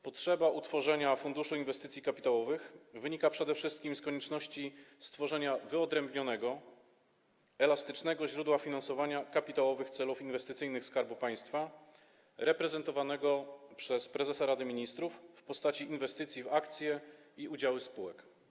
Potrzeba utworzenia Funduszu Inwestycji Kapitałowych wynika przede wszystkim z konieczności stworzenia wyodrębnionego, elastycznego źródła finansowania kapitałowych celów inwestycyjnych Skarbu Państwa reprezentowanego przez prezesa Rady Ministrów w postaci inwestycji w akcje i udziały spółek.